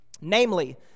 Namely